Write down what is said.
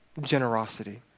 generosity